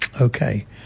Okay